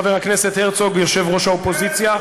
חבר הכנסת הרצוג יושב-ראש האופוזיציה,